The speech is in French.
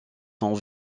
sont